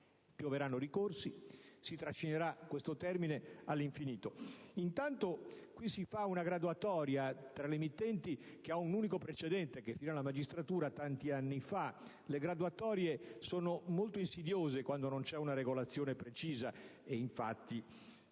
Pioveranno ricorsi, e questo termine si trascinerà all'infinito. Intanto, qui si propone una graduatoria tra le emittenti che ha un unico precedente, che finì alla magistratura tanti anni fa; le graduatorie sono molto insidiose quando non c'è una regolazione precisa e, infatti,